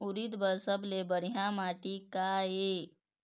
उरीद बर सबले बढ़िया माटी का ये?